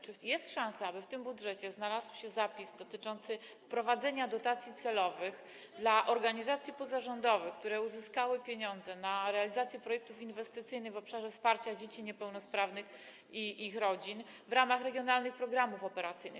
Czy jest szansa, aby w tym budżecie znalazł się zapis dotyczący wprowadzenia dotacji celowych dla organizacji pozarządowych, które uzyskały pieniądze na realizację projektów inwestycyjnych w obszarze wsparcia dzieci niepełnosprawnych i ich rodzin w ramach regionalnych programów operacyjnych?